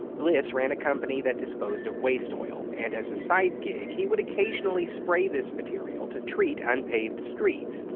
bliss ran a company that disposed of waste oil, and as a side gig, he would occasionally spray this material to treat unpaved streets.